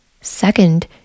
Second